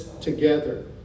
together